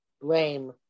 blame